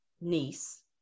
niece